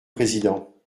président